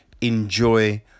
enjoy